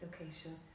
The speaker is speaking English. location